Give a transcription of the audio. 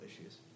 issues